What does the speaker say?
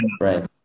right